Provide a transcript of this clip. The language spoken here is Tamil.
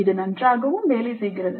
இது நன்றாக வேலை செய்கிறது